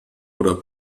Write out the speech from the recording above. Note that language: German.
oder